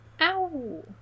Ow